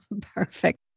Perfect